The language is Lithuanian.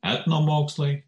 etno mokslai